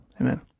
Amen